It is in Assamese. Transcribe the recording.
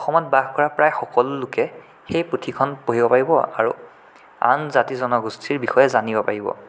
অসমত বাস কৰা প্ৰায় সকলো লোকে সেই পুথিখন পঢ়িব পাৰিব আৰু আন জাতি জনগোষ্ঠীৰ বিষয়ে জানিব পাৰিব